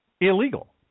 Illegal